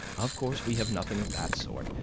of course we have nothing of that sort,